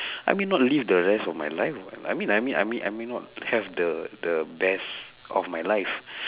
I mean not live the rest of my life what I mean I mean I may not have the the best of my life